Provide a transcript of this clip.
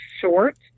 short